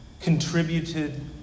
contributed